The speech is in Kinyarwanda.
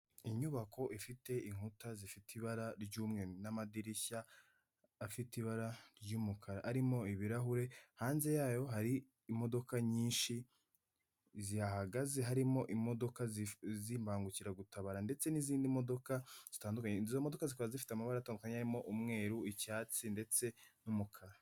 Inyubako ifite inkuta zifite ibara ry'umweru n'amadirishya afite ibara ry'umukara arimo ibirahure, hanze yayo hari imodoka nyinshi zihahagaze harimo imodoka z'imbangukiragutabara ndetse n'izindi modoka zitandukanye, izo modoka zikaba zifite amabara atandukanye harimo umweru, icyatsi ndetse n'umukara.